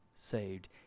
saved